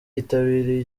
yitabiriye